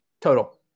total